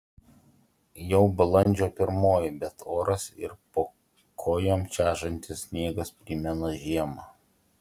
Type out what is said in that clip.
jau balandžio pirmoji bet oras ir po kojom čežantis sniegas primena žiemą